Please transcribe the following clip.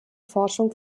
forschung